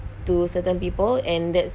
to certain people and that's